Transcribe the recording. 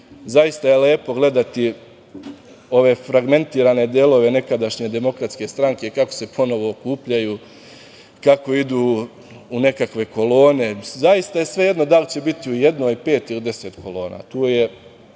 zaista je lepo gledati ove fragmentirane delove nekadašnje DS kako se ponovo okupljaju, kako idu u nekakve kolone. Zaista je svejedno da li će biti u jednoj, pet ili deset kolona.